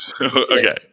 Okay